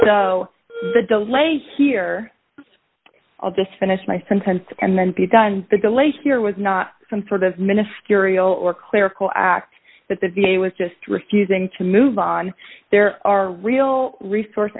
so the delay here i'll just finish my sentence and then be done the delay here was not some sort of ministerial or clerical act that the v a was just refusing to move on there are real resource